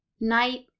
night